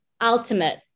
ultimate